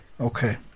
Okay